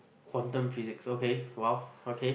quantum physics okay !wow! okay